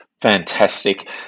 Fantastic